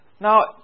Now